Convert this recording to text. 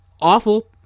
awful